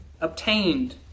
obtained